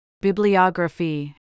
bibliography